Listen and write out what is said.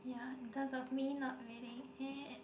ya in terms of me not really